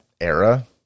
era